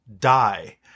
die